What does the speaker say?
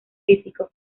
físico